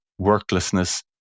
worklessness